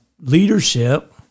leadership